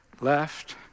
Left